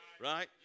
Right